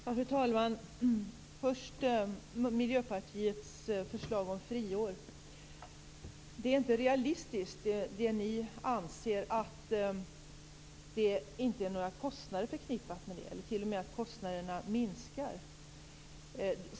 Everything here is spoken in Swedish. Fru talman! Först vill jag ta upp Miljöpartiets förslag om friår. Det är inte realistiskt när ni anser att det inte är några kostnader förknippade med det eller t.o.m. att kostnaderna minskar.